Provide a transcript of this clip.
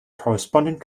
corresponding